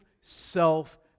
self